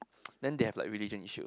then they have like religion issue